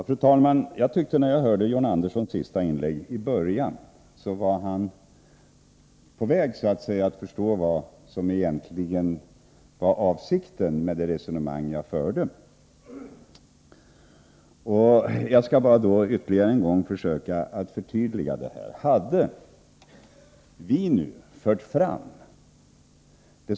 Fru talman! Jag tyckte att John Andersson i början av sitt senaste inlägg var på väg att förstå vad som egentligen var avsikten med det resonemang jag förde. Jag skall bara ytterligare en gång försöka att förtydliga detta.